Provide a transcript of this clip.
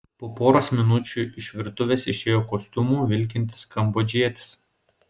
po poros minučių iš virtuvės išėjo kostiumu vilkintis kambodžietis